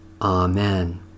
Amen